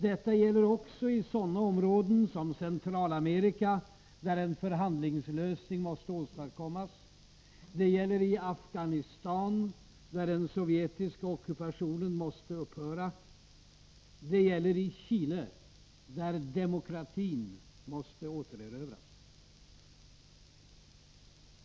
Detta gäller också i sådana områden som Centralamerika, där en förhandlingslösning måste åstadkommas; det gäller i Afghanistan, där den sovjetiska ockupationen måste upphöra; det gäller i Chile, där demokratin måste återerövras.